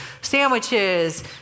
sandwiches